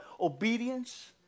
obedience